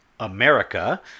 America